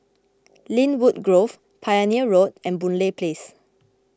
Lynwood Grove Pioneer Road and Boon Lay Place